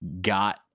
got